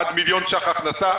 עד מיליון שקלים הכנסה,